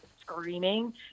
screaming